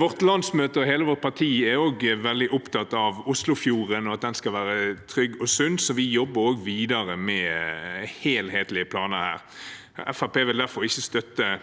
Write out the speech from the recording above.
Vårt landsmøte og hele vårt parti er veldig opptatt av Oslofjorden og at den skal være trygg og sunn, så vi jobber også videre med helhetlige planer her. Fremskrittspartiet vil derfor ikke støtte